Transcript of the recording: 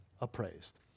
appraised